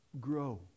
Grow